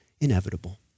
inevitable